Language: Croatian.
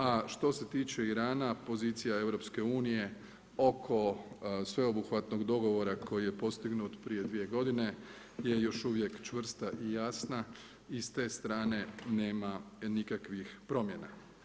A što se tiče Irana pozicija EU oko sveobuhvatnog dogovora koji je postignut prije 2 godine je još uvijek čvrsta i jasna i s te strane nema nikakvih promjena.